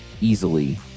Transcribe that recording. easily